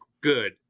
good